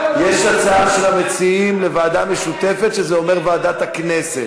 לנדבר, לוועדה משותפת, שזה אומר ועדת הכנסת,